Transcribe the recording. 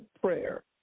prayer